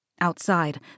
Outside